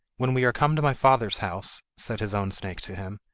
when we are come to my father's house said his own snake to him,